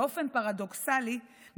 באופן פרדוקסלי,